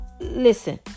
Listen